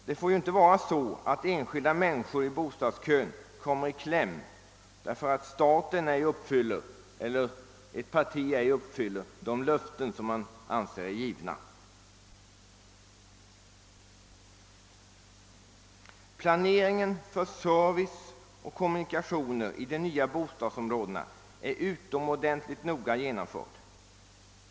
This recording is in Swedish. Det får inte vara så att enskilda människor i bostadskön kommer i kläm därför att staten eller ett parti inte uppfyller de löften som är givna. Planeringen för service och kommunikationer i de nya bostadsområdena är utomordentligt noga genomförd.